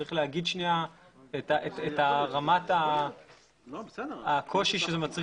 צריך להגיד את רמת הקושי שזה מצריך